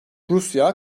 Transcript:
rusya